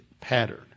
pattern